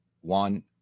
One